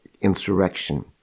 insurrection